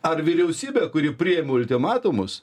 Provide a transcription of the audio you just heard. ar vyriausybė kuri priima ultimatumus